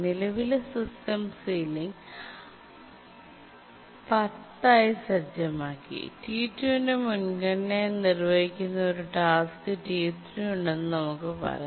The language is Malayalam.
നിലവിലെ സിസ്റ്റം സീലിംഗ് 10 ആയി സജ്ജമാക്കി T2 ന്റെ മുൻഗണനയായി നിർവ്വഹിക്കുന്ന ഒരു ടാസ്ക് T3 ഉണ്ടെന്ന് നമുക്ക് പറയാം